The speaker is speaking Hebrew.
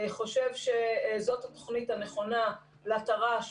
חושב שזאת התוכנית הנכונה לתר"ש.